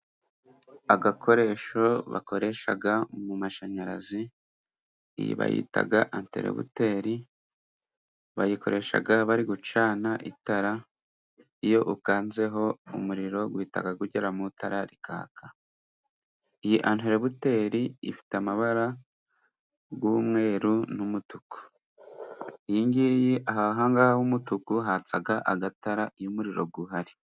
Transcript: Agakoresho bakoresha mu mashanyarazi, iyi bayita anterebuteri ,bayikoresha bari gucana itara, iyo ukanzeho umuriro uhita ugera mu itara rikaka .Iyi anteributeri ifite amabara y'umweru n'umutuku, iyi ngiyi ,aha ngaha h'umutuku hatsa agatara iyo umuriro uhari.